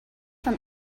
from